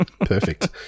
Perfect